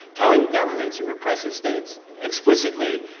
telling governments in repressive states explicitly,